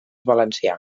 valencià